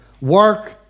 work